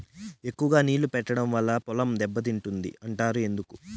ఎక్కువగా నీళ్లు పెట్టడం వల్ల పొలం దెబ్బతింటుంది అంటారు ఎందుకు?